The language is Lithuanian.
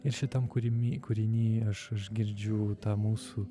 ir šitam kūrimy kūriny aš aš girdžiu tą mūsų